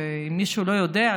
ומי שלא יודע,